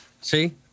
See